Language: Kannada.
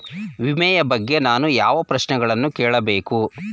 ವಿಮೆಯ ಬಗ್ಗೆ ನಾನು ಯಾವ ಪ್ರಶ್ನೆಗಳನ್ನು ಕೇಳಬೇಕು?